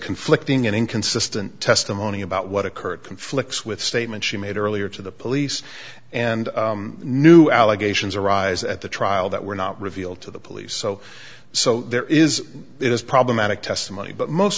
conflicting inconsistent testimony about what occurred conflicts with statements she made earlier to the police and new allegations arise at the trial that were not revealed to the police so so there is it is problematic testimony but most